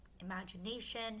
imagination